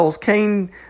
Cain